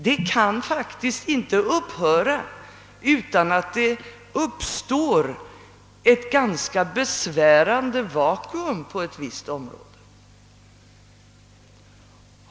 Det kan faktiskt inte upphöra utan att det uppstår ett ganska besvärande vakuum på ett visst område.